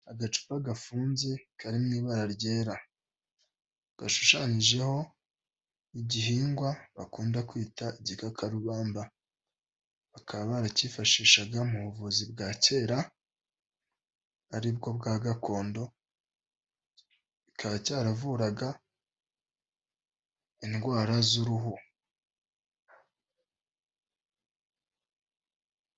Agacupa gafunze kari mu ibara ryera gashushanyijeho igihingwa bakunda kwita igikakarubamba bakaba barakifashishaga mu buvuzi bwa kera aribwo bwa gakondo kikaba cyaravuraga indwara z'uruhu.